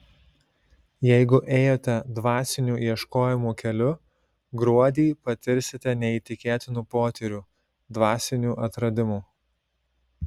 jeigu ėjote dvasinių ieškojimų keliu gruodį patirsite neįtikėtinų potyrių dvasinių atradimų